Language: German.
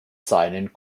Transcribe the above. seinen